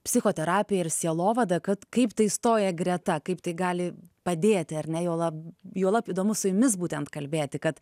psichoterapiją ir sielovadą kad kaip tai stoja greta kaip tai gali padėti ar ne juolab juolab įdomu su jumis būtent kalbėti kad